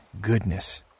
goodness